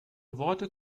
worte